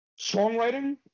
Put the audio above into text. songwriting